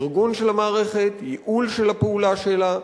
ארגון של המערכת, ייעול של הפעולה שלה,